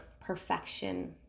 perfection